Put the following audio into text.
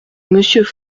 monsieur